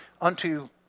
unto